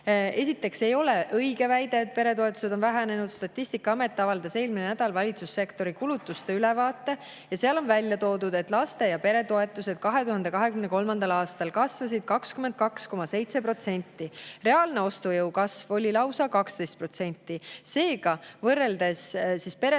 Esiteks ei ole õige see väide, et peretoetused on vähenenud. Statistikaamet avaldas eelmisel nädalal valitsussektori kulutuste ülevaate, kus on välja toodud, et laste‑ ja peretoetused 2023. aastal kasvasid 22,7%, reaalse ostujõu kasv oli lausa 12%. Seega on peretoetused